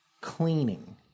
cleaning